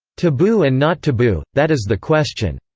taboo and not taboo that is the question.